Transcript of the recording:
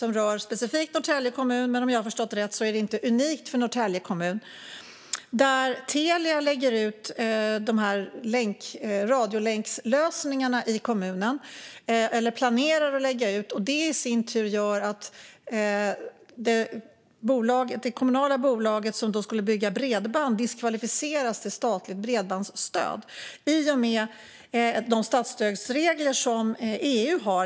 Den rör specifikt Norrtälje kommun, men om jag har förstått det rätt är det inte unikt för Norrtälje kommun. Telia planerar att lägga ut radiolänkslösningar i kommunen. Det i sin tur gör att det kommunala bolag som skulle bygga bredband diskvalificeras när det gäller att få statligt bredbandsstöd, enligt EU:s statsstödsregler.